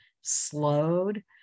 slowed